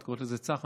את קוראת לזה צח"מ,